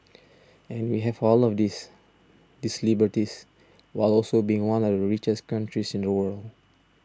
and we have all of these these liberties while also being one are of the richest countries in the world